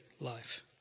life